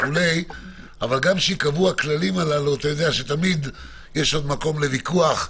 אבל גם כשייקבעו הכללים הללו אתה יודע שתמיד יש עוד מקום לוויכוח.